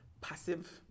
passive